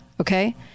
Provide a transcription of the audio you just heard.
Okay